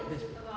just